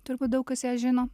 turbūt daug kas ją žino